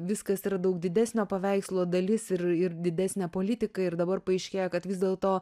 viskas yra daug didesnio paveikslo dalis ir ir didesnė politika ir dabar paaiškėja kad vis dėlto